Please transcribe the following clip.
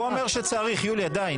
הוא אומר שצריך, יוליה, די.